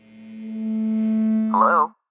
Hello